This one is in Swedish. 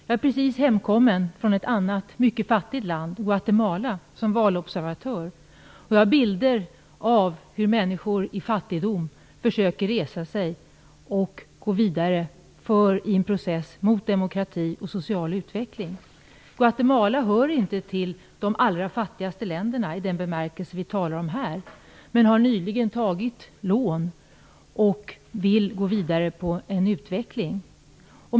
Jag är precis hemkommen från ett annat mycket fattigt land - Guatemala - där jag har varit som valobservatör. Jag har bilder av hur människor i fattigdom försöker resa sig och gå vidare med en process för demokrati och social utveckling. Guatemala hör inte till de allra fattigaste länderna i den bemärkelse som vi här talar om, men landet har nyligen tagit lån och vill gå vidare på en utveckling.